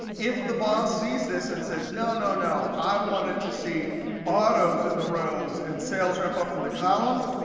if the boss sees this and says, no, no, no, i wanted to see autos in the rows and sales rep up in the columns,